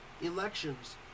Elections